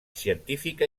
científica